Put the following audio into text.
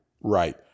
Right